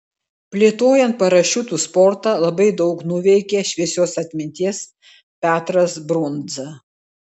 plėtojant parašiutų sportą labai daug nuveikė šviesios atminties petras brundza